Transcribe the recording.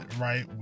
right